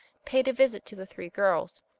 paid a visit to the three girls,